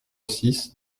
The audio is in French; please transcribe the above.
six